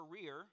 career